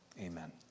Amen